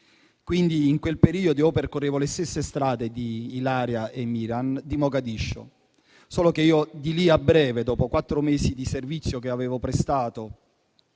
Somalia. In quel periodo percorrevo le stesse strade di Ilaria e Miran di Mogadiscio; solo che io di lì a breve, dopo quattro mesi di servizio che avevo prestato